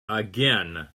again